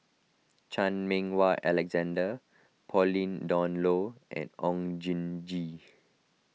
Chan Meng Wah Alexander Pauline Dawn Loh and Oon Jin Gee